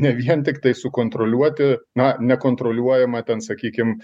ne vien tiktai sukontroliuoti na nekontroliuojamą ten sakykim